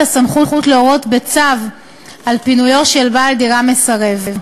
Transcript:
הסמכות להורות בצו על פינויו של בעל דירה מסרב.